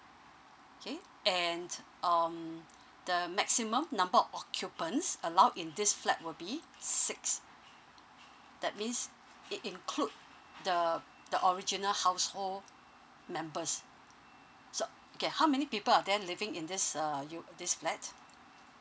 okay and um the maximum number of occupants allowed in this flat will be six that means it include the the original household members so okay how many people are there living in this uh u~ this flat